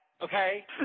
okay